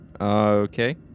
Okay